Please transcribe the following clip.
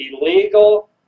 illegal